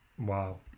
Wow